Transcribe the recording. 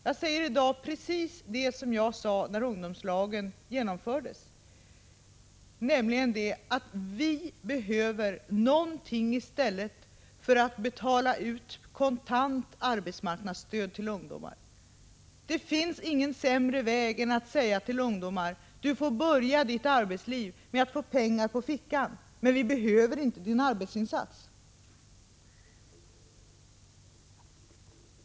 Jag säger i dag precis det jag sade när ungdomslagen infördes, nämligen att vi behöver någonting i stället för att betala ut kontant arbetsmarknadsstöd till ungdomar. Det finns ingen sämre väg än att säga till ungdomar: Ni får börja ert arbetsliv med att få pengar på fickan, men vi behöver inte era arbetsinsatser.